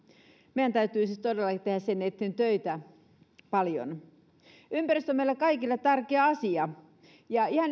meidän täytyy siis todellakin tehdä sen eteen paljon töitä ympäristö on meille kaikille tärkeä asia ja